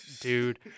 dude